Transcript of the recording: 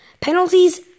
Penalties